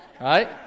Right